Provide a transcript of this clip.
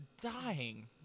dying